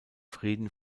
frieden